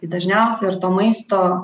dažniausiai ir to maisto